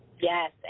Yes